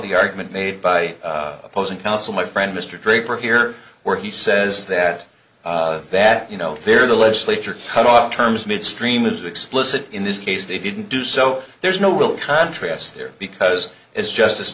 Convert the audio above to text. the argument made by opposing counsel my friend mr draper here where he says that that you know where the legislature cut off terms midstream is explicit in this case they didn't do so there's no real contrast there because it's just